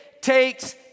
takes